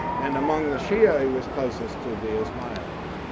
and among the shia he was closest to the ismailis.